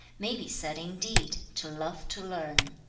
may be said indeed to love to learn